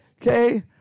Okay